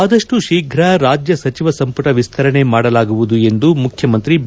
ಆದಷ್ಟು ಶೀಘ ರಾಜ್ಯ ಸಚಿವ ಸಂಪುಟ ವಿಸ್ತರಣೆ ಮಾಡಲಾಗುವುದು ಎಂದು ಮುಖ್ಯಮಂತ್ರಿ ಬಿ